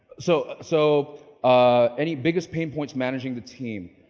so so ah any biggest pain points managing the team.